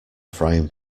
frying